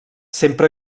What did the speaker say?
sempre